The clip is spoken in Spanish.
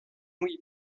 muy